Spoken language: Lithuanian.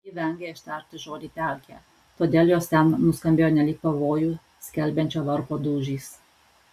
ji vengė ištarti žodį pelkė todėl jos ten nuskambėjo nelyg pavojų skelbiančio varpo dūžis